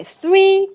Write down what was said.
three